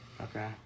Okay